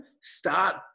start